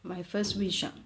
my first wish ah